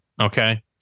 okay